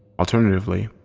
alternatively,